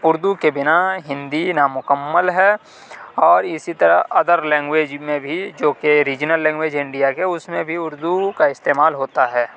اردو کے بنا ہندی نامکمل ہے اور اسی طرح ادر لینگویج میں بھی جو کہ ریجنل لینگویج ہے انڈیا کے اس میں بھی اردو کا استعمال ہوتا ہے